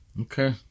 Okay